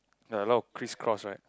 ya a lot of criss cross right